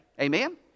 Amen